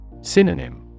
Synonym